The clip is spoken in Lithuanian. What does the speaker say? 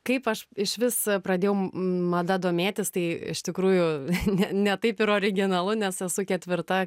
kaip aš išvis pradėjau mada domėtis tai iš tikrųjų ne ne taip ir originalu nes esu ketvirta